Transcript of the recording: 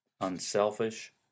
unselfish